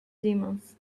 demons